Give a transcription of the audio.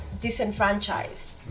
disenfranchised